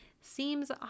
Seems